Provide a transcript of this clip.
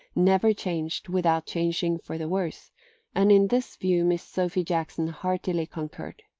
never changed without changing for the worse and in this view miss sophy jackson heartily concurred.